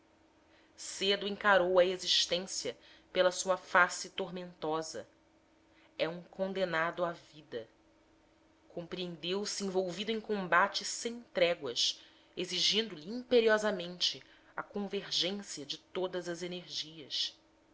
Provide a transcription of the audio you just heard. cedo encarou a existência pela sua face tormentosa é um condenado à vida compreendeu se envolvido em combate sem tréguas exigindo lhe imperiosamente a convergência de todas as energias